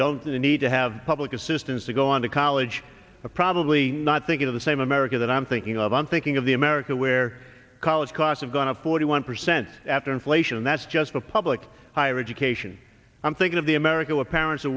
don't need to have public assistance to go on to college probably not thinking of the same america that i'm thinking of i'm thinking of the america where college costs have gone up forty one percent after inflation and that's just for public higher education i'm thinking of the america where parents are